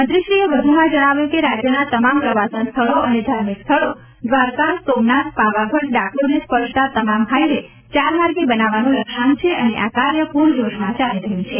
મંત્રી શ્રી એ વધુમાં જણાવ્યું કે રાજ્યના તમામ પ્રવાસન સ્થળો અને ધાર્મિક સ્થળો દ્વારકા સોમનાથ પાવાગઢ ડાકોરને સ્પર્શતા તમામ હાઈવે ચાર માર્ગી બનાવવાનું લક્ષ્યાંક છે અને આ કાર્ય પ્રજોશમાં ચાલુ છે